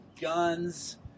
guns